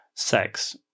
sex